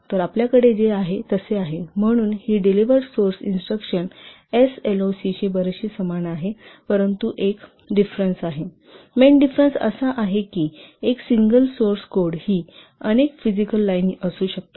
तर आपल्याकडे जे आहे तसे आहे म्हणून ही डेलिव्हरेड सोर्स इंस्ट्रक्शन एसएलओसी शी बरीचशी समान आहेपरंतु एक डिफरेन्स आहे मेन डिफरेन्स असा आहे की एक सिंगल सोर्स कोड ही अनेक फिजिकल लाईन असू शकतात